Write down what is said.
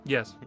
Yes